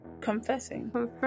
confessing